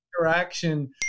interaction